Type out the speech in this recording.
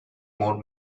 more